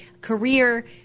Career